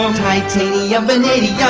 titanium, vanadium,